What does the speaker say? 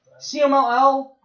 CMLL